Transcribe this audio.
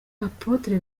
apôtre